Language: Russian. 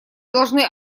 должны